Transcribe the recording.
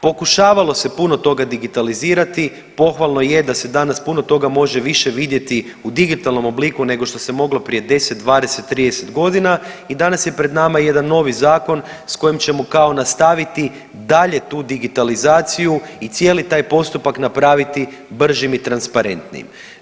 Pokušavalo se puno toga digitalizirati, pohvalno je da se danas puno toga može više vidjeti u digitalnom obliku nego što se moglo prije 10, 20, 30 godina i danas je pred nama jedan novi zakon s kojim ćemo kao nastaviti dalje tu digitalizaciju i cijeli taj postupak napraviti bržim i transparentnijim.